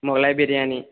Mughlai biryani